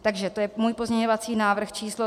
Takže to je můj pozměňovací návrh č. 3870.